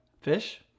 fish